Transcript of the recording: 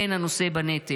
כן, הנושא בנטל.